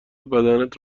بدنت